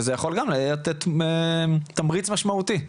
וזה יכול גם לתת תמריץ משמעותי.